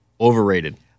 overrated